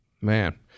Man